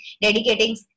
dedicating